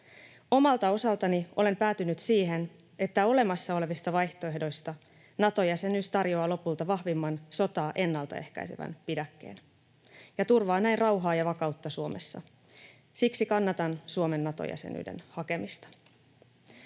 Omalta osaltani olen päätynyt siihen, että olemassa olevista vaihtoehdoista Nato-jäsenyys tarjoaa lopulta vahvimman sotaa ennaltaehkäisevän pidäkkeen ja turvaa näin rauhaa ja vakautta Suomessa. Siksi kannatan Suomen Nato-jäsenyyden hakemista.